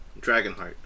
Dragonheart